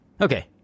okay